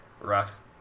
rough